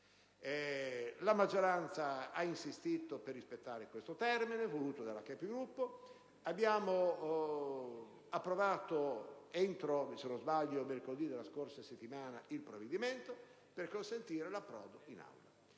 La maggioranza ha insistito per rispettare detto termine, voluto dalla Conferenza dei Capigruppo. Abbiamo approvato entro mercoledì della scorsa settimana il provvedimento per consentirne l'approdo in Aula.